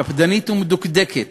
קפדנית ומדוקדקת,